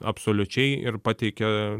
absoliučiai ir pateikė